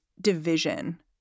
division